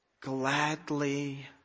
gladly